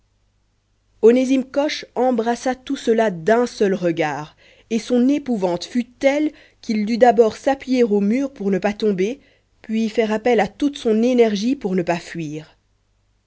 onésime coche embrassa tout cela d'un seul regard et son épouvante fut telle qu'il dut d'abord s'appuyer au mur pour ne pas tomber puis faire appel à toute son énergie pour ne pas fuir